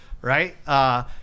right